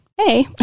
Hey